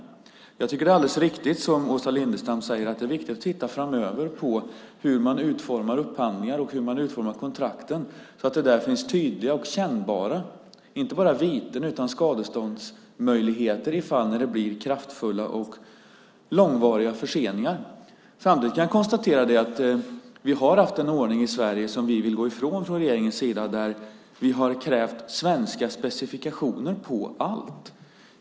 Jag tycker att det är alldeles riktigt som Åsa Lindestam säger, att det är viktigt att titta framöver på hur man utformar upphandlingar och hur man utformar kontrakten så att det inte bara finns tydliga och kännbara viten utan även skadeståndsmöjligheter i fall där det blir kraftiga och långvariga förseningar. Samtidigt kan jag konstatera att vi har haft en ordning i Sverige som vi i regeringen vill gå ifrån där vi har krävt svenska specifikationer på allt.